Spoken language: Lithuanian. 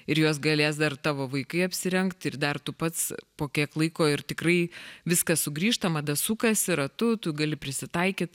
ir juos galės dar tavo vaikai apsirengt ir dar tu pats po kiek laiko ir tikrai viskas sugrįžta mada sukasi ratu tu gali prisitaikyt